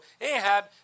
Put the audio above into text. Ahab